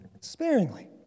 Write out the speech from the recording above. sparingly